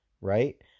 right